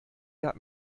gab